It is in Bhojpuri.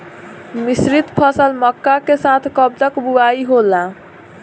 मिश्रित फसल मक्का के साथ कब तक बुआई होला?